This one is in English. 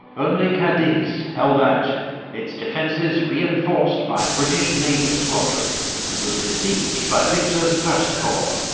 only cadiz held out its defences reinforced by a british naval squadron and was besieged by victor's first corps.